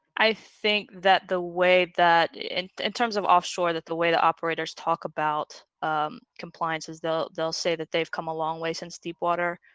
i think that the way that in terms of offshore that the way the operators talk about um compliance is they'll they'll say that they've come a long way since deep water